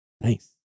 Nice